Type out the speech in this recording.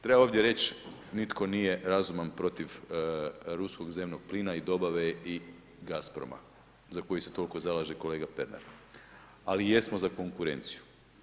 Treba ovdje reći, nitko nije razuman protiv rusko zemljo plina i dobave i raspravama za koju se toliko zalaže kolega Pernar, ali jesmo za konkurenciju.